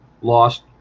lost